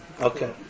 okay